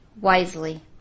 wisely